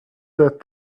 that